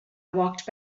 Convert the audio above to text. walked